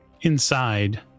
Inside